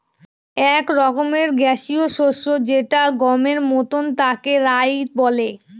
এক রকমের গ্যাসীয় শস্য যেটা গমের মতন তাকে রায় বলে